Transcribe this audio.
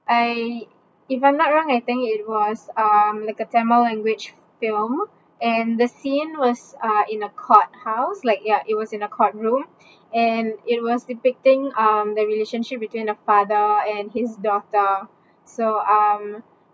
I if I'm not wrong I think it was um like a tamil language film and the scene was uh in a court house like ya it was in a court room and it was depicting um the relationship between the father and his daughter so um